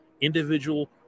individual